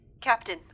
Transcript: Captain